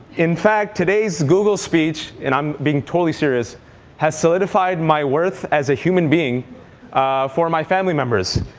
in fact, today's google speech and i'm being totally serious has solidified my worth as a human being for my family members,